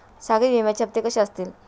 सागरी विम्याचे हप्ते कसे असतील?